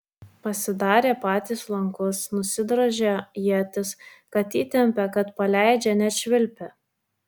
pasidarė patys lankus nusidrožė ietis kad įtempia kad paleidžia net švilpia